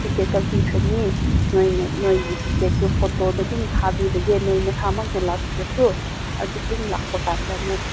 ticket ꯀꯛꯄꯤꯈ꯭ꯔꯅꯤ ꯅꯣꯏꯅ ꯅꯣꯏꯒꯤ ꯇꯤꯀꯦꯠꯇꯨ ꯐꯣꯇꯣꯗ ꯑꯗꯨꯝ ꯊꯥꯕꯤꯕꯒꯤ ꯅꯣꯏ ꯅꯁꯥꯃꯛꯅ ꯂꯥꯛꯇ꯭ꯔꯁꯨ ꯑꯗꯨ ꯑꯗꯨꯝ ꯂꯥꯛꯄ ꯀꯥꯟꯗ ꯅꯣꯏ